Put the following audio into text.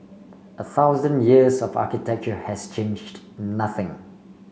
a thousand years of architecture has changed nothing